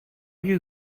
you